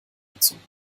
gezogen